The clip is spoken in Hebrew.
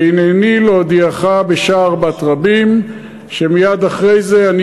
והנני להודיעך בשער בת רבים שמייד אחרי זה אני